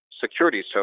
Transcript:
securities